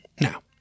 Now